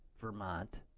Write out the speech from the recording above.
Vermont